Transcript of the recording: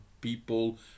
people